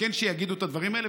וכן שיגידו את הדברים האלה.